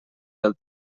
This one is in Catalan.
del